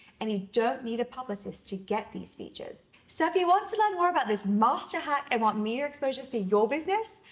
and you don't need a publicist to get these features. so, if you want to learn more about this master hack, and want media exposure for your business,